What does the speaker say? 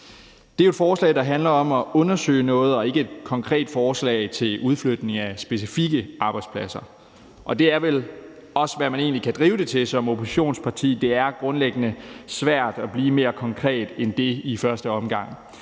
Det er et forslag, der handler om at undersøge noget, og ikke et konkret forslag til udflytning af specifikke arbejdspladser. Det er vel også, hvad man egentlig kan drive det til som oppositionsparti. Det er grundlæggende svært i første omgang at blive mere konkret end det. Da Dansk